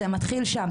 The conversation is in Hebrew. זה מתחיל שם,